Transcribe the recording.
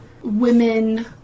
women